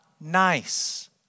nice